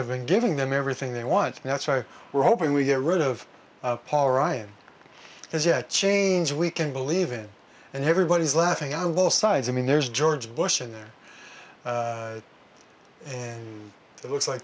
have been giving them everything they want and that's why we're hoping we get rid of paul ryan as yet change we can believe in and everybody's laughing our will sides i mean there's george bush in there and it looks like